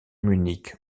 munich